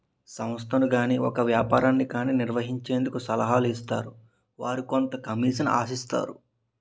సంస్థను గాని ఒక వ్యాపారాన్ని గాని నిర్వహించేందుకు సలహాలు ఇస్తారు వారు కొంత కమిషన్ ఆశిస్తారు